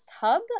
hub